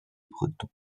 breton